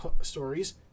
stories